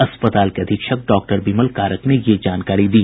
अस्पताल के अधीक्षक डॉक्टर विमल कारक ने यह जानकारी दी